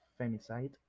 femicide